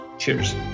Cheers